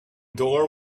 door